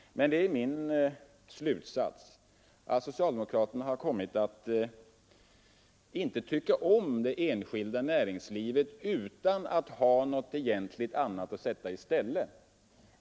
Men min slutsats är att socialdemokraterna har kommit att inte tycka om det enskilda näringslivet utan att ha något egentligt annat att sätta i stället.